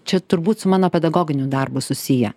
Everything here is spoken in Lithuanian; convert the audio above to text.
čia turbūt su mano pedagoginiu darbu susiję